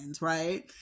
right